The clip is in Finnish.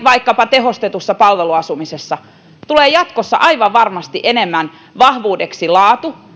vaikkapa tehostetussa palveluasumisessa tulee jatkossa aivan varmasti enemmän vahvuudeksi laatu